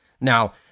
Now